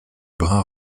brin